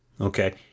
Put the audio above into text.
okay